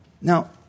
Now